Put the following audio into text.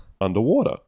underwater